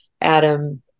Adam